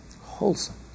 wholesome